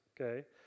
okay